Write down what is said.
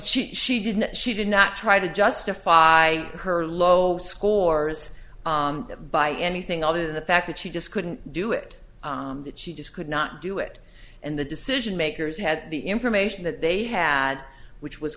she she didn't she did not try to justify her low scores by anything other than the fact that she just couldn't do it that she just could not do it and the decision makers had the information that they had which was